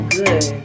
good